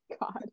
god